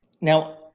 now